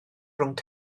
rhwng